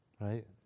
right